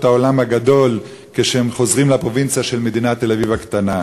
העולם הגדול כשהם חוזרים לפרובינציה של מדינת תל-אביב הקטנה.